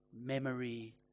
memory